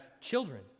children